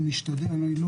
אני לא